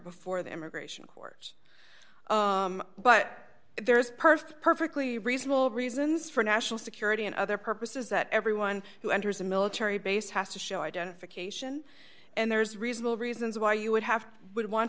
before the immigration court but there is perfect perfectly reasonable reasons for national security and other purposes that everyone who enters a military base has to show identification and there's reasonable reasons why you would have would want